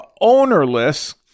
ownerless